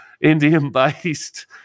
Indian-based